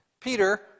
Peter